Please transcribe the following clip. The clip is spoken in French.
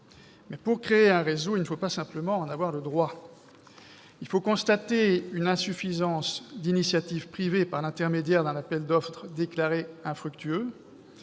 pour créer un réseau, il ne faut pas simplement en avoir le droit. Il faut constater une insuffisance d'initiatives privées par l'intermédiaire d'un appel d'offres déclaré infructueux,